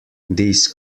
these